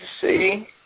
see